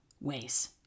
ways